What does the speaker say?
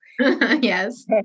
Yes